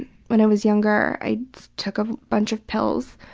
when i was younger i took a bunch of pills.